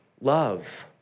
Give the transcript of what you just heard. love